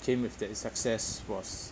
came with that success was